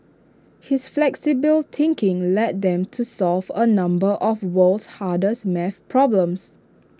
his flexible thinking led them to solve A number of world's hardest math problems